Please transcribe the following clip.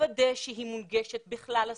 לוודא שהיא מונגשת בכלל השפות,